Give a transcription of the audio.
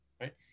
right